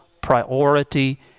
priority